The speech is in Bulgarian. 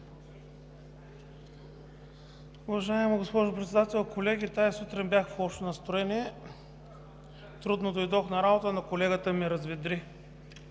Уважаема госпожо Председател, колеги, тази сутрин бях в лошо настроение, трудно дойдох на работа, но колегата ме разведри.